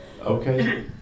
okay